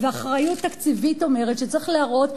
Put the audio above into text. ואחריות תקציבית אומרת שצריך להראות,